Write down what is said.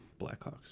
Blackhawks